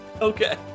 Okay